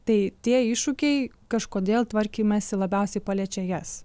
tai tie iššūkiai kažkodėl tvarkymąsi labiausiai paliečia jas